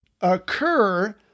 occur